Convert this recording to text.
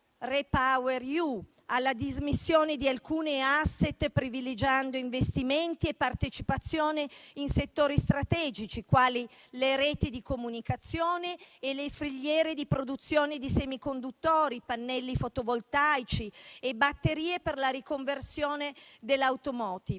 REPower EU, alla dismissione di alcuni *asset*, privilegiando investimenti e partecipazione in settori strategici, quali le reti di comunicazione e le filiere di produzione di semiconduttori, pannelli fotovoltaici e batterie per la riconversione dell'automotive.